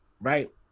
Right